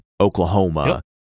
Oklahoma